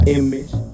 image